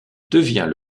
devient